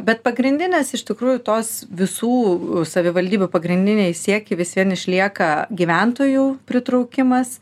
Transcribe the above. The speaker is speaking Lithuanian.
bet pagrindinės iš tikrųjų tos visų savivaldybių pagrindiniai siekiai vis vien išlieka gyventojų pritraukimas